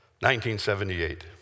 1978